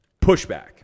pushback